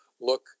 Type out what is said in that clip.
look